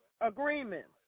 agreements